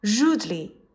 rudely